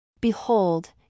Behold